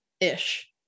ish